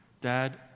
Dad